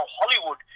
Hollywood